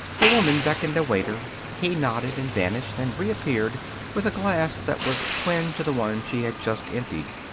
the woman beckoned a waiter he nodded and vanished, and reappeared with a glass that was twin to the one she had just emptied.